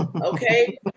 Okay